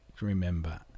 remember